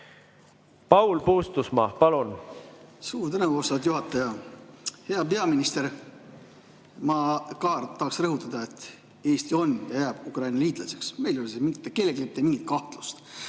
Paul Puustusmaa, palun! Suur tänu, austatud juhataja! Hea peaminister! Ma ka tahaks rõhutada, et Eesti on ja jääb Ukraina liitlaseks. Meil ei ole mitte kellelgi selles mitte mingit kahtlust.